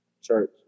church